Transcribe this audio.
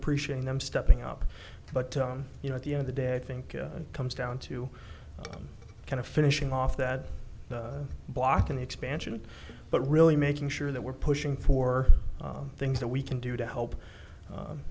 appreciating them stepping up but you know at the end of the day i think it comes down to kind of finishing off that block and expansion but really making sure that we're pushing for things that we can do to help